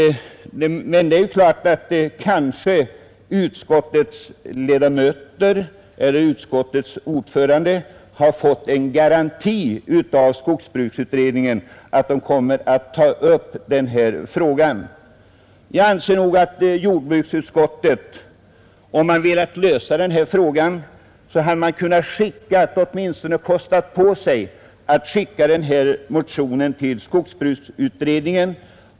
Men det är klart att utskottets ledamöter eller utskottets ordförande kanske har fått en garanti från skogsbruksutredningen att den kommer att ta upp denna fråga till behandling. Jag anser nog att jordbruksutskottet om det hade velat lösa frågan åtminstone hade kunnat kosta på sig att remittera den föreliggande motionen till skogsbruksutredningen.